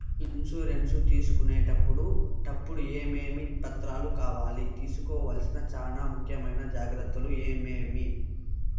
Insurance తీసుకునేటప్పుడు టప్పుడు ఏమేమి పత్రాలు కావాలి? తీసుకోవాల్సిన చానా ముఖ్యమైన జాగ్రత్తలు ఏమేమి?